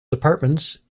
departments